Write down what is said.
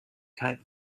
kite